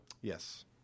Yes